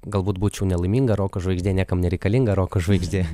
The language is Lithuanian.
galbūt būčiau nelaiminga roko žvaigždė niekam nereikalinga roko žvaigždė